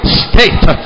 state